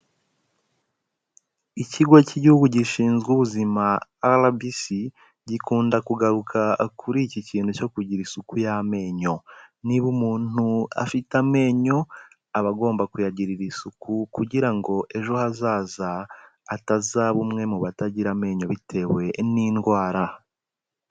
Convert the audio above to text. Ikigo cy'igihugu gishinzwe ubuzima RBC, gikunda kugaruka kuri iki kintu cyo kugira isuku y'amenyo, niba umuntu afite amenyo aba agomba kuyagirira isuku kugira ngo ejo hazaza atazaba umwe mu batagira amenyo bitewe n'indwara.